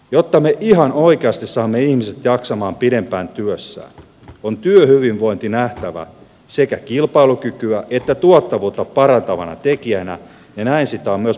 jotta me ihan oikeasti saamme ihmiset jaksamaan pidempään työssään on työhyvinvointi nähtävä sekä kilpailukykyä että tuottavuutta parantavana tekijänä ja näin sitä on myös markkinoitava työnantajille